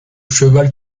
cheval